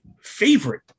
favorite